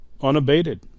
unabated